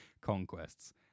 conquests